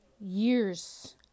years